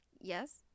yes